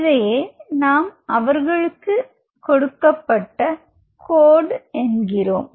இதையே நாம் அவர்களுக்கு என்ன கொடுக்கப்பட்ட கோடு என்கிறோம்